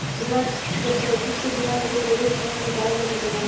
demand deposit के बिना कोई पहिले सूचना के निकालल जा सकेला